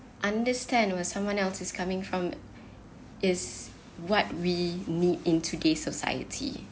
understand what someone else is coming from is what we need in today's society